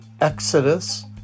Exodus